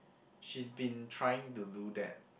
she's been trying to do that